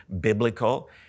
biblical